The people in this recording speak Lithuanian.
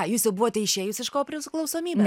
jūs jau buvote išėjus iš ko priklausomybės